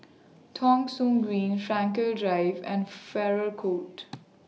Thong Soon Green Frankel Drive and Farrer Court